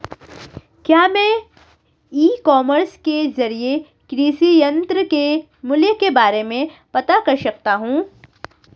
क्या मैं e commerce के ज़रिए कृषि यंत्र के मूल्य के बारे में पता कर सकता हूँ?